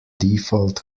default